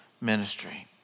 ministry